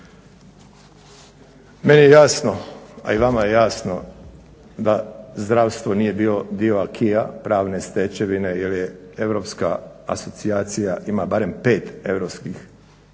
Meni je jasno, a i vama je jasno da zdravstvo nije bio dio ACQUIS-a pravne stečevine, jer je europska asocijacija, ima barem 5 europskih